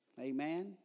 Amen